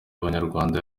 ubunyarwanda